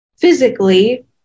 physically